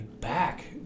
back